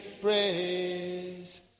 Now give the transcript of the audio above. praise